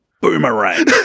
Boomerang